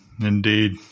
Indeed